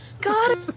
God